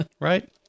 Right